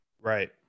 right